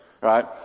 right